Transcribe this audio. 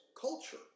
culture